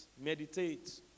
meditate